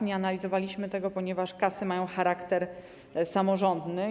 Nie analizowaliśmy tego, ponieważ kasy mają charakter samorządny.